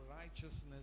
righteousness